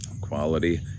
quality